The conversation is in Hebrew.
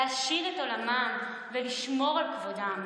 להעשיר את עולמם ולשמור על כבודם.